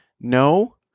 No